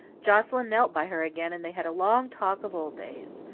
joscelyn knelt by her again and they had a long talk of old days.